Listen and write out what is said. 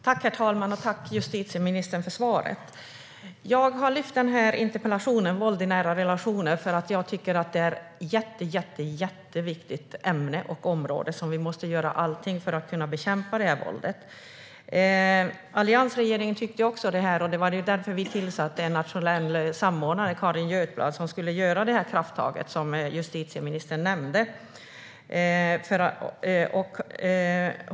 Herr talman! Tack, justitieministern, för svaret! Jag har ställt interpellationen om våld i nära relationer för att jag tycker att det är ett jätteviktigt ämne och område, där vi måste göra allting för att kunna bekämpa våldet. Alliansregeringen tyckte också det, och därför tillsatte vi en nationell samordnare, Carin Götblad, som skulle ta det krafttag som justitieministern nämnde.